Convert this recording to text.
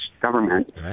government